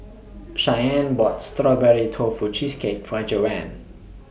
Shyanne bought Strawberry Tofu Cheesecake For Joanne